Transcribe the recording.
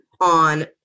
on